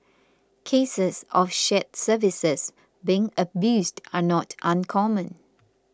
cases of shared services being abused are not uncommon